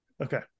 okay